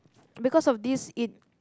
because of this it